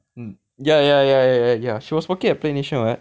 mm ya ya ya ya ya she was working at Play Nation [what]